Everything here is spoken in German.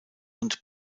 und